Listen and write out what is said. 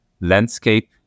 landscape